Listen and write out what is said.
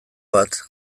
bat